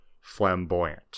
flamboyant